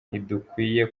ntidukwiye